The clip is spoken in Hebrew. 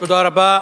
תודה רבה.